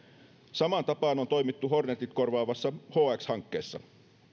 samaan tapaan on toimittu hornetit korvaavassa hx hankkeessa